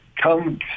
come